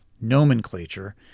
Nomenclature